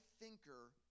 thinker